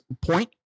point